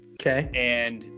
Okay